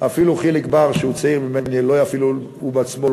אולי אפילו חיליק בר בעצמו,